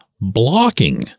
blocking